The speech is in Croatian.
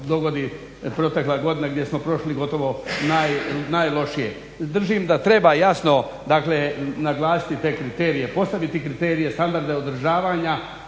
dogodi protekla godina gdje smo prošli gotovo najlošije. Držim da treba jasno naglasiti te kriterije, postaviti kriterije, standarde održavanja